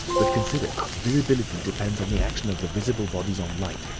but consider, visibility depends on the action of the visible bodies on light.